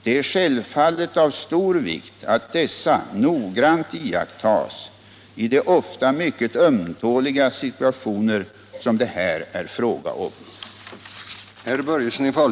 Det är självfallet av stor vikt att dessa noggrant iakttas i de ofta mycket ömtåliga situationer som det här är fråga om.